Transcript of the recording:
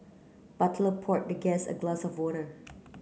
butler poured the guest a glass of water